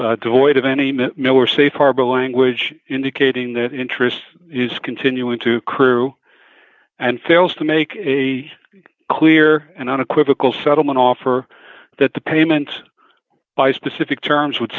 is devoid of any mint no we're safe harbor language indicating that interest is continuing to crew and fails to make a clear and unequivocal settlement offer that the payment by specific terms would